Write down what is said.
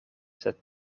sed